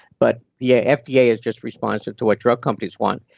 but yeah, fda yeah is just responsive to what drug companies want.